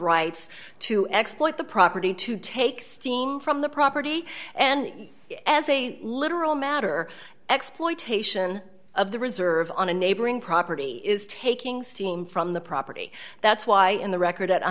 rights to exploit the property to take steam from the property and as a literal matter exploitation of the reserve on a neighboring property is taking steam from the property that's why in the record at